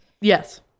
yes